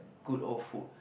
good old food